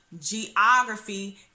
geography